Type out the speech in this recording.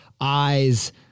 eyes